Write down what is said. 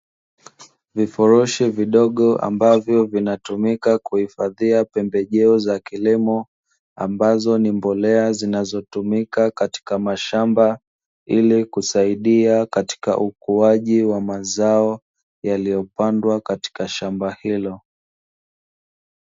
Vifurushi vidogo ambavyo vinatumika kuhifadhia pembejeo za kilimo, ambazo ni mbolea zinazotumika katika mashamba, ili kusaidia katika ukuaji wa mazao yaliyopandwa katika shamba hilo.